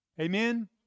Amen